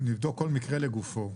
נבדוק כל מקרה לגופו,